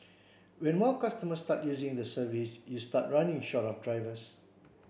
when more customers start using the service you start running short of drivers